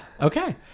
Okay